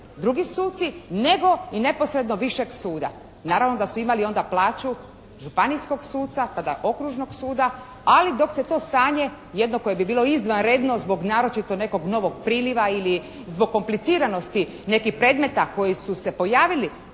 drugi suci nego i neposredno višeg suda. Naravno da su imali onda plaću županijskog suca, tada Okružnog suda, ali dok se to stanje jedno koje bi bilo izvanredno zbog naročito nekog novog priliva ili zbog kompliciranosti nekih predmeta koji su se pojavili